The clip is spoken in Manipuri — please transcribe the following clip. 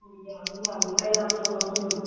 ꯑꯣ ꯌꯥꯅꯤ ꯌꯥꯅꯤ ꯀꯌꯥꯝ ꯊꯨꯕꯒꯤꯅꯣ